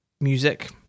music